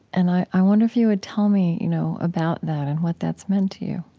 and i i wonder if you would tell me, you know, about that and what that's meant to you